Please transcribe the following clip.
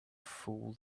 fool